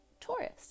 Taurus